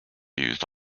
used